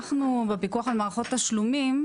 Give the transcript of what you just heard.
אנחנו בפיקוח על מערכות תשלומים,